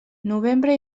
novembre